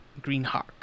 Greenhawk